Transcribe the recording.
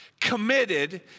committed